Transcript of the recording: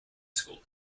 school